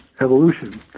evolution